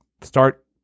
Start